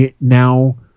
now